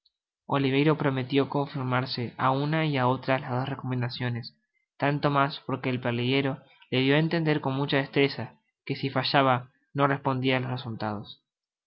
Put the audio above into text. oliverio prometió conformarse á una y á otra de las dos recomendaciones tanto mas porque el pertiguero le dio á entender con mucha destreza que si fallaba no respondia de